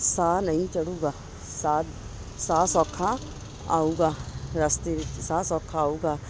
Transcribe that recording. ਸਾਹ ਨਹੀਂ ਚੜ੍ਹੇਗਾ ਸਾਹ ਸਾਹ ਸੌਖਾ ਆਊਗਾ ਰਸਤੇ ਵਿੱਚ ਸਾਹ ਸੌਖਾ ਆਊਗਾ